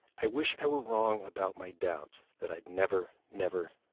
i wish i were wrong about my doubts, that i'd never, never,